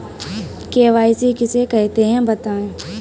KYC किसे कहते हैं बताएँ?